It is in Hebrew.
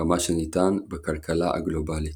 כמה שניתן בכלכלה הגלובלית.